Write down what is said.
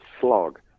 slog